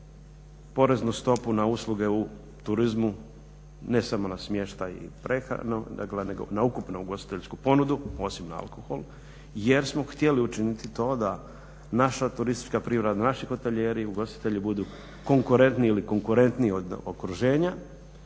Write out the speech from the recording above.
poreznu stopu na usluge u turizmu ne samo na smještaj i prehranu, dakle nego na ukupnu ugostiteljsku ponudu osim na alkohol jer smo htjeli učiniti to da naša turistička privreda, naši hotelijeri, ugostitelji budu konkurentni ili konkurentniji od okruženja,